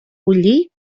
bullir